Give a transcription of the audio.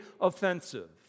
offensive